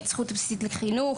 את הזכות הבסיסית לחינוך,